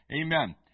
Amen